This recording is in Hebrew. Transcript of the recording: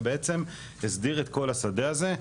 ובעצם הסדיר את כל השדה הזה.